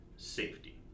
safety